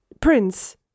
Prince